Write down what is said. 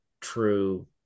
true